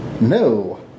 No